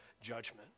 judgment